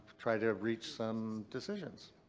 try to reach some decisions.